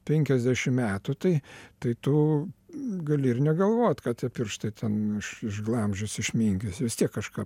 penkiasdešimt metų tai tai tu gali ir negalvot ką tie pirštai ten išglamžys išminkys vis tiek kažką